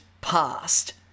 past